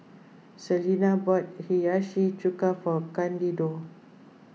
Selena bought Hiyashi Chuka for Candido